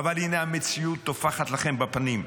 הינה, המציאות טופחת לכם על הפנים,